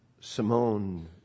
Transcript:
Simone